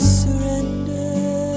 surrender